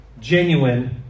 genuine